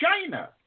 China